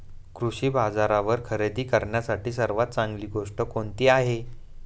कृषी बाजारावर खरेदी करण्यासाठी सर्वात चांगली गोष्ट कोणती आहे?